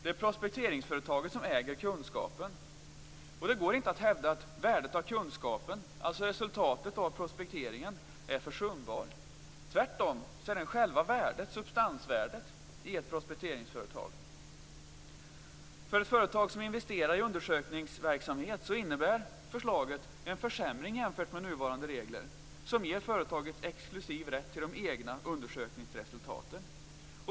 Det är prospekteringsföretaget som äger kunskapen, och det går inte att hävda att värdet av kunskapen, alltså resultatet av prospekteringen, är försumbart. Tvärtom är det substansen i ett prospekteringsföretag. För ett företag som investerar i undersökningsverksamhet innebär förslaget en försämring jämfört med nuvarande regler, som ger företag exklusiv rätt till de egna undersökningsresultaten.